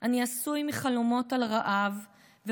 / אני עשוי מחלומות על רעב,